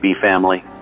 family